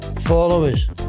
followers